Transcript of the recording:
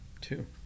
Two